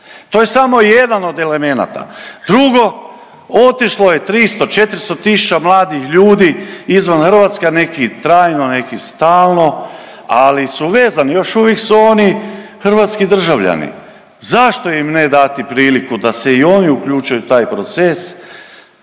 To je samo jedan od elemenata. Drugo, otišlo je 300, 400 tisuća mladih ljudi izvan Hrvatske, a ne i trajno, a neki stalno, ali su vezani, još uvijek su oni hrvatski državljani. Zašto im ne dati priliku da se i oni uključe u taj proces?